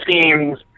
seems